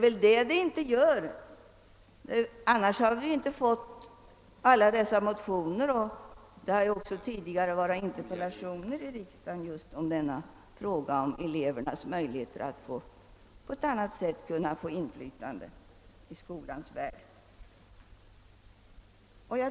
Om det hade gjort det hade vi väl inte fått alla dessa motioner? Tidigare har också framställts interpellationer i riksdagen om elevernas möjlighet att få inflytande i skolans värld.